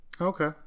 Okay